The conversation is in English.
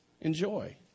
enjoy